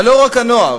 אבל לא רק הנוער,